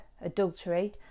adultery